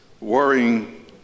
Worrying